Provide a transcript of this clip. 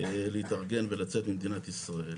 להתארגן ולצאת ממדינת ישראל.